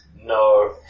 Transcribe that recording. No